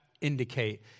indicate